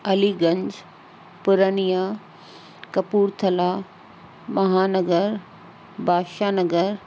Aliganj Purania Kapurthala Mahanagar Badshah Nagar